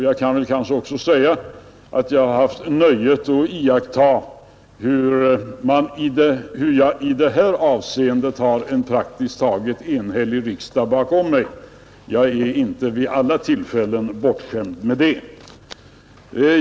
Jag kan väl också säga att jag haft nöjet att iaktta hur jag i detta avseende har en praktiskt taget enhällig riksdag bakom mig. Jag är inte vid alla tillfällen bortskämd med det.